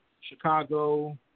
Chicago